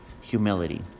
humility